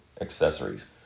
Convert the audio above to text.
accessories